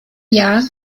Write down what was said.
jahr